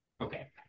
Okay